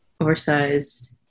oversized